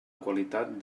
qualitat